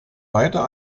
weiter